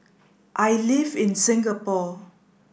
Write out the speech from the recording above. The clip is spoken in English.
I live in Singapore